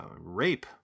rape